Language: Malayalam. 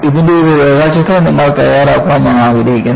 ഇതിന്റെ ഒരു രേഖാചിത്രം നിങ്ങൾ തയ്യാറാക്കാൻ ഞാൻ ആഗ്രഹിക്കുന്നു